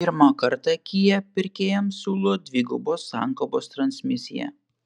pirmą kartą kia pirkėjams siūlo dvigubos sankabos transmisiją